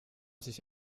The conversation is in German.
sich